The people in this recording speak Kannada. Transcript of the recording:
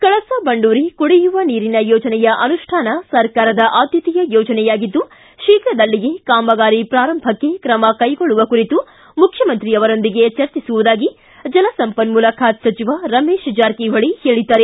ಕಳಸಾ ಬಂಡೂರಿ ಕುಡಿಯುವ ನೀರಿನ ಯೋಜನೆಯ ಅನುಷ್ಠಾನ ಸರ್ಕಾರದ ಆದ್ದತೆಯ ಯೋಜನೆಯಾಗಿದ್ದು ಶೀಘದಲ್ಲಿಯೇ ಕಾಮಗಾರಿ ಪ್ರಾರಂಭಕ್ಕೆ ತ್ರಮ ಕೈಗೊಳ್ಳುವ ಕುರಿತು ಮುಖ್ಯಮಂತ್ರಿಯವರೊಂದಿಗೆ ಚರ್ಚಿಸುವುದಾಗಿ ಜಲಸಂಪನ್ಣೂಲ ಖಾತೆ ಸಚಿವ ರಮೇಶ್ ಜಾರಕಿಹೊಳಿ ಹೇಳಿದ್ದಾರೆ